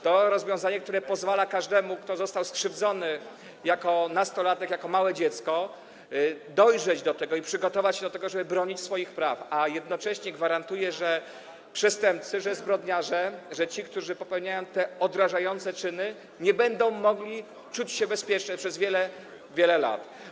To rozwiązanie, które pozwala każdemu, kto został skrzywdzony jako nastolatek, jako małe dziecko, dojrzeć do tego i przygotować się do tego, by bronić swoich praw, a jednocześnie gwarantuje, że przestępcy, zbrodniarze, ci, którzy popełniają te odrażające czyny, nie będą mogli czuć się bezpiecznie przez wiele, wiele lat.